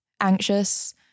anxious